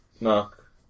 knock